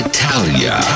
Italia